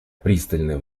пристальное